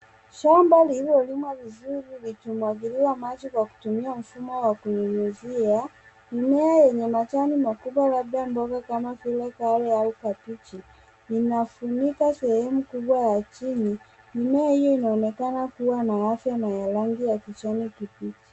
Shamba lililolimwa vizuri likimwagiliwa maji kwa kutumia mfumo wa kunyunyuzia. Mimea yenye majani makubwa labda mboga kama vile kale au kabichi linafunika sehemu kubwa ya chini . Mimea hiyo inaonekana kuwa na afya na ya rangi ya kijani kibichi.